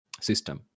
system